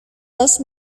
dos